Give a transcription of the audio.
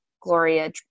Gloria